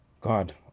God